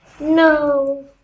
No